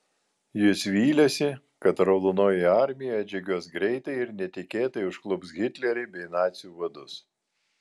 jis vylėsi kad raudonoji armija atžygiuos greitai ir netikėtai užklups hitlerį bei nacių vadus